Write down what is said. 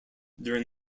during